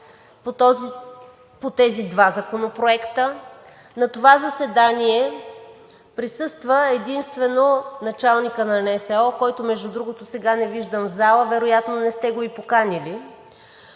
по тези два законопроекта. На това заседание присъства единствено началникът на НСО, който, между другото, сега не виждам в залата, вероятно не сте го и поканили,